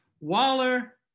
Waller